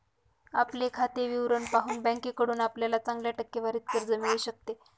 आपले खाते विवरण पाहून बँकेकडून आपल्याला चांगल्या टक्केवारीत कर्ज मिळू शकते